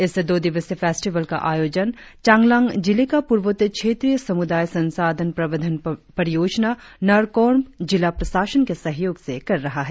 इस दो दिवसीय फेस्टिवल का आयोजन चांगलांग जिले का पूर्वोत्तर क्षेत्रीय समुदाय संसाधन प्रबंधन परियोजना नरकोर्म्प जिला प्रशासन के सहयोग से कर रहा है